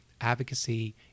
advocacy